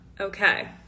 Okay